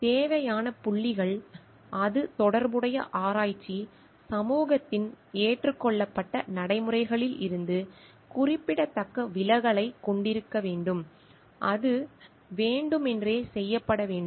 தேவையான புள்ளிகள் அது தொடர்புடைய ஆராய்ச்சி சமூகத்தின் ஏற்றுக்கொள்ளப்பட்ட நடைமுறைகளிலிருந்து குறிப்பிடத்தக்க விலகலைக் கொண்டிருக்க வேண்டும் அது வேண்டுமென்றே செய்யப்பட வேண்டும்